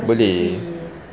boleh